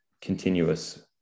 continuous